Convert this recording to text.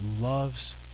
loves